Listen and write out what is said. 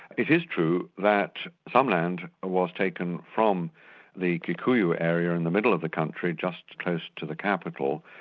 it is true that some land was taken from the kikuyu area in the middle of the country, just close to the capital.